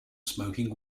smoking